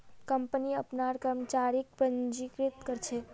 company अपनार कर्मचारीक पंजीकृत कर छे